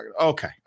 Okay